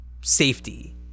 safety